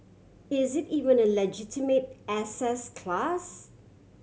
is it even a legitimate assets class